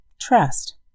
trust